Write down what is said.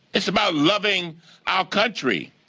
it's about loving our country.